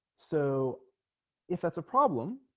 so if that's a problem